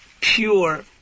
pure